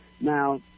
Now